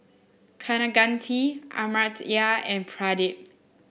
Kaneganti Amartya and Pradip